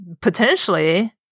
potentially